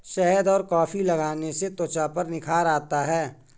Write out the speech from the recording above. शहद और कॉफी लगाने से त्वचा पर निखार आता है